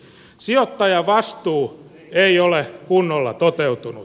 sijoittajavastuu ei ole kunnolla toteutunut